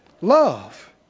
love